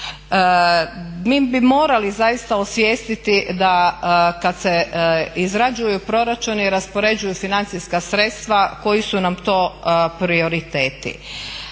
Mi bi morali zaista osvijestiti da kad se izrađuju proračunu, raspoređuju financijska sredstva koji su nam to prioriteti.